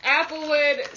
applewood